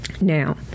now